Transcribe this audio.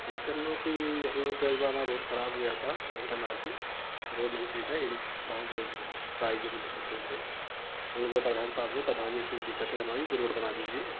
जैसे हम लोगों की हम लोग रोड खराब हो गया था इंटरलॉकिंग रोड नहीं सही था बहुत लोग थे हम लोग का प्रधान पास में प्रधान जी जैसी दिक्कतें हमारी की रोड बना दीजिए